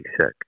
sick